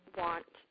want